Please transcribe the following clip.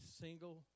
single